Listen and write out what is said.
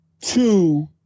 Two